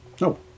No